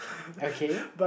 okay